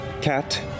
cat